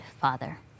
father